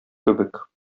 кебек